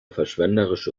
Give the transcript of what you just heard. verschwenderische